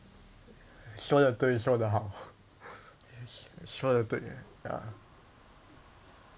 说得对说得好说得对 ya